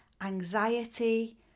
anxiety